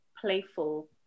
playful